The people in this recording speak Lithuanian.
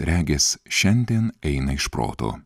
regis šiandien eina iš proto